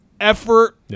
effort